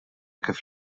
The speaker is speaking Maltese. kif